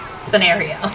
scenario